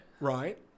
Right